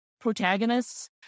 protagonists